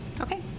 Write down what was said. okay